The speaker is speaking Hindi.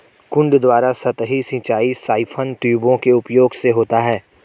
कुंड द्वारा सतही सिंचाई साइफन ट्यूबों के उपयोग से होता है